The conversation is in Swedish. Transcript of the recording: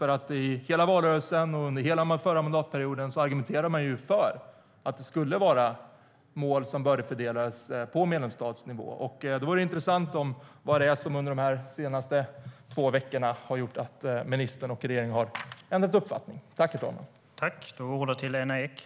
Under hela valrörelsen och hela förra mandatperioden argumenterade man ju för att målen skulle bördefördelas på medlemsstatsnivå. Det vore intressant att få veta vad som har gjort att regeringen och ministern har ändrat uppfattning under de senaste två veckorna.